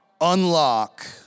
Unlock